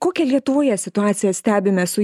kokią lietuvoje situaciją stebime su